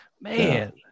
Man